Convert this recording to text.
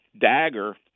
dagger –